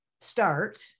start